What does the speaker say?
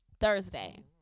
Thursday